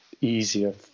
easier